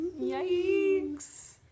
Yikes